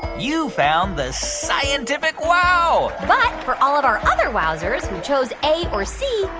you found the scientific wow but for all of our other wowzers who chose a or c,